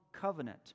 covenant